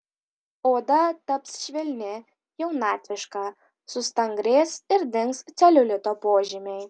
oda taps švelni jaunatviška sustangrės ir dings celiulito požymiai